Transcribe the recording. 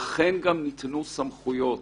לכן גם ניתנו סמכויות